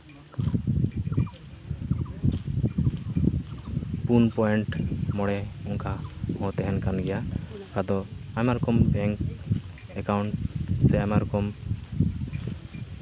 ᱯᱩᱱ ᱯᱚᱭᱮᱱᱴ ᱢᱚᱬᱮ ᱚᱱᱠᱟ ᱦᱚᱸ ᱛᱟᱦᱮᱱ ᱠᱟᱱ ᱜᱮᱭᱟ ᱟᱫᱚ ᱟᱭᱢᱟ ᱨᱚᱠᱚᱢ ᱵᱮᱝᱠ ᱮᱠᱟᱣᱩᱱᱴ ᱥᱮ ᱟᱭᱢᱟ ᱨᱚᱠᱚᱢ